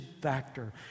factor